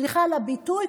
סליחה על הביטוי,